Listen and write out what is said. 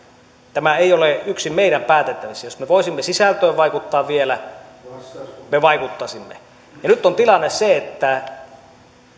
tämä ei ole yksin meidän päätettävissämme jos me voisimme sisältöön vaikuttaa vielä me vaikuttaisimme nyt on tilanne se että